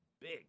big